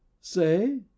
Say